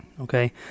Okay